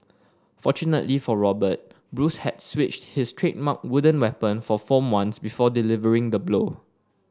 fortunately for Robert Bruce had switched his trademark wooden weapon for foam ones before delivering the blow